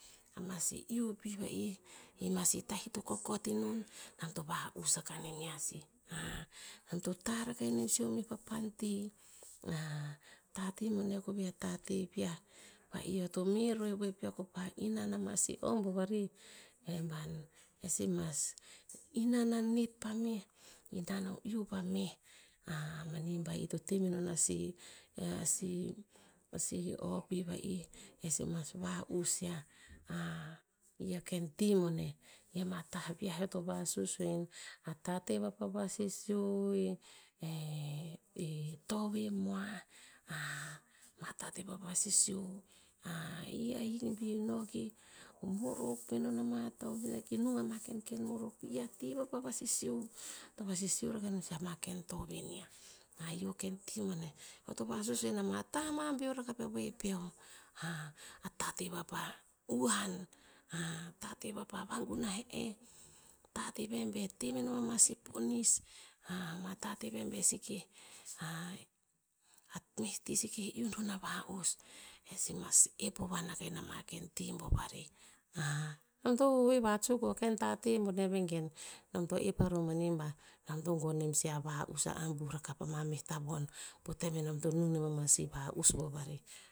Ama sih iuh pi va'i, ama sih tau ito kokot inon nom to va'us akah nonia sih. nom to tarr rakah no sih o meo papan ti. tateh boneh koveh, a tateh viah. Va'i eo to meh ro eh we peo ko pa inan ama sih oh bo vari. Eh ban, eh sih mas inan a nid pa meh, inan o iuh pa meh. mani ba ito temenon a sih- a sih- a sih o pi va'i, e sih mas va'us ya, i a ken ti boneh. I ama tah viah eo to vasusuin, a tateh vapa vasisio, e toveh mua ma tateh vapa vasisio. i ahik bi no ki morok ina ma tovenia, ki nung ama kenken morok. Pi i a ti vapa vasisio rakah non sih ama ken tovenia, i o ken ti boneh. Eo to vasusuin ama ta ama beor rakah pe we peo. a tateh vapa huan, tateh vapa va gunah e eh. Tateh veh be temenom a sih ponis. ama tateh veh be seke a meh ti seke iuh ro na va'us, eh sih mas ep vowoan akah ina ma ken ti bo vari. nom to va hoa vahat in suk o ken tateh boneh, vengen nom to ep mani ba nom to gon nem sih a va'us pa a ambuh rakah pa meh tavon. Po tem enom to nung ro non ama sih va' us bo vari